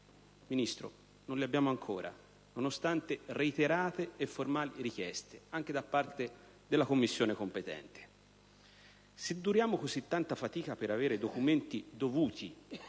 Ministro, ancora non abbiamo, nonostante le reiterate e formali richieste, anche da parte della Commissione competente. Se incontriamo così tanta fatica per avere documenti dovuti,